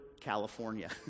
California